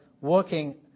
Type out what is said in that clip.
working